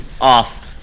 off